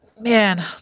man